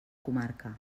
comarca